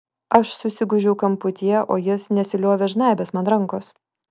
aš susigūžiau kamputyje o jis nesiliovė žnaibęs man rankos